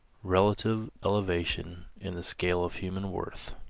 relative elevation in the scale of human worth.